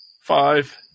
Five